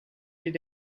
did